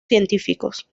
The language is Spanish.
científicos